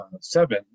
seven